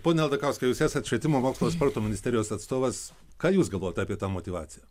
pone aldakauskai jūs esat švietimo mokslo sporto ministerijos atstovas ką jūs galvojat apie tą motyvaciją